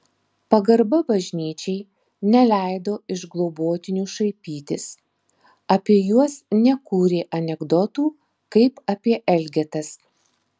pagarba bažnyčiai neleido iš globotinių šaipytis apie juos nekūrė anekdotų kaip apie elgetas